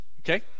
Okay